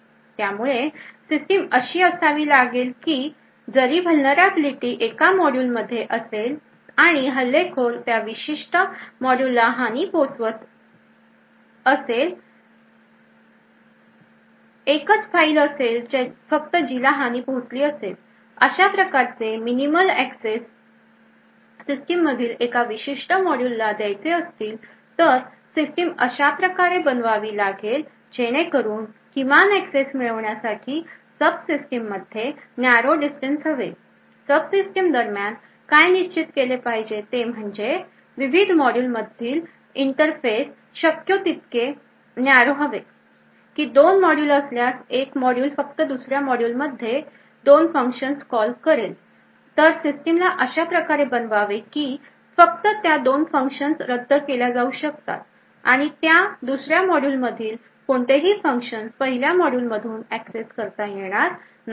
त्यामुळे सिस्टीम अशी असावी लागेल की जरी vulnerability एका मॉड्यूलमध्ये असेल आणि हल्लेखोर त्या विशिष्ट मॉड्यूलला हानी पोहोचवत आहे एकच फाईल असेल फक्त जिला हानी पोहोचलेली असेल अशा प्रकारचे मिनिमल एक्सेस सिस्टीममधील एका विशिष्ट मॉड्यूला द्यायचे असतील तर सिस्टीम अशाप्रकारे बनवावी लागेल जेणेकरून किमान एक्सेस मिळवण्यासाठी सबसिस्टीममध्ये न्यारो डिस्टन्स हवे सबसिस्टीम दरम्यान काय निश्चित केले पाहिजे ते म्हणजे विविध मॉड्यूलमधील इंटरफेस शक्य तितके न्यारो हवे की दोन मॉड्यूल असल्यास एक मॉड्यूल फक्त दुसर्या मॉड्यूलमध्ये दोन फंक्शन्स कॉल करतो तर सिस्टमला अशा प्रकारे बनवावे की फक्त त्या दोन फंक्शन्स रद्द केल्या जाऊ शकतात आणि त्या दुसर्या मॉड्यूलमधील कोणतेही फंक्शन्स पहिल्या मॉड्यूलमधून एक्सेस करता येणार नाही